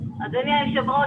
אדוני היו"ר,